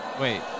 Wait